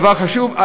דבר חשוב,